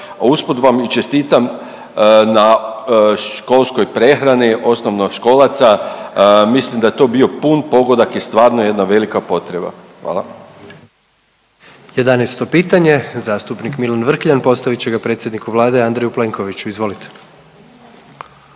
usput vam i čestitam na školskoj prehrani osnovnoškolaca, mislim da je to bio pun pogodak i stvarno jedna velika potreba, hvala.